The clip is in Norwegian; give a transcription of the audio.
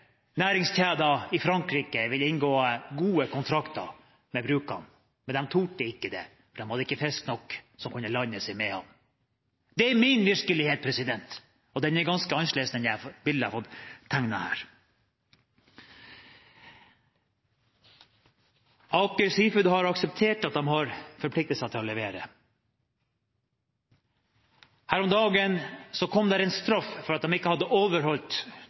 næringskjeder i Frankrike vil inngå gode kontrakter med brukene, men de turte ikke, for de hadde ikke nok fisk som kunne landes i Mehamn. Det er min virkelighet, og den er ganske annerledes enn det bildet jeg har fått tegnet her. Aker Seafoods har akseptert at de har forpliktelser om å levere. Her om dagen fikk de straff fordi de ikke hadde overholdt